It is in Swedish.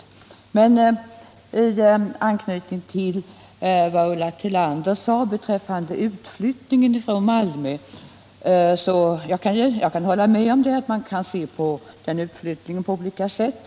Jag vill emellertid anknyta till vad Ulla Tillander sade beträffande utflyttningen från Malmö och säga att jag kan hålla med om att utflyttningen kan ses på många olika sätt.